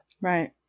Right